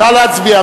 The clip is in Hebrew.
נא להצביע.